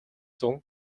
зун